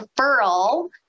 referral